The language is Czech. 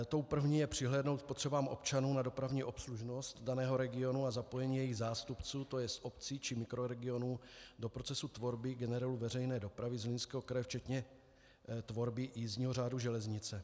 Tou první je přihlédnout k potřebám občanů na dopravní obslužnost daného regionu a zapojení jejich zástupců, tj. obcí či mikroregionů, do procesu tvorby generelu veřejné dopravy Zlínského kraje, včetně tvorby jízdního řádu železnice.